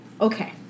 Okay